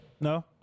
No